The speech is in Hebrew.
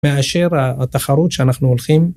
מאשר התחרות שאנחנו הולכים.